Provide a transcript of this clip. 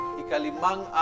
ikalimang